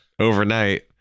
overnight